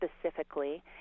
Specifically